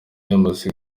yaramaze